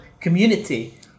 community